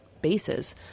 bases